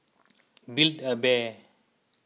Build A Bear